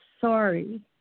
sorry